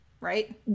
right